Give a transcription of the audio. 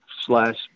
slash